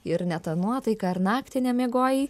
ir ne ta nuotaika ar naktį nemiegojai